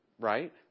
Right